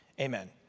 Amen